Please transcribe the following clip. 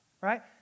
right